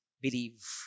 believe